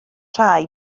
rhai